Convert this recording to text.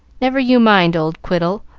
never you mind, old quiddle.